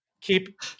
Keep